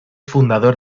fundador